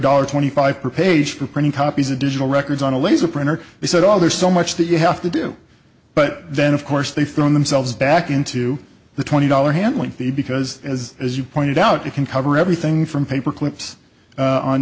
dollar twenty five per page for printing copies of digital records on a laser printer they said all there's so much that you have to do but then of course they throw themselves back into the twenty dollar handling fee because as as you pointed out you can cover everything from paperclips